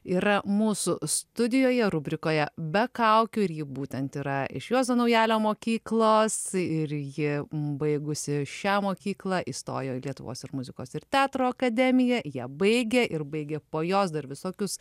yra mūsų studijoje rubrikoje be kaukių ir ji būtent yra iš juozo naujalio mokyklos ir ji baigusi šią mokyklą įstojo į lietuvos muzikos ir teatro akademiją ją baigė ir baigė po jos dar visokius